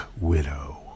Widow